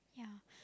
yeah